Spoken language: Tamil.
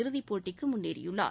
இறுதிப் போட்டிக்கு முன்னேறியுள்ளார்